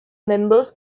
members